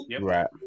Right